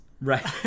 Right